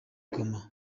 goma